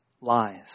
lies